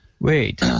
Wait